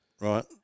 Right